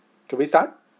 could we start